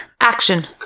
Action